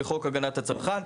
מחוק הגנת הצרכן,